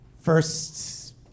First